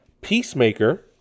Peacemaker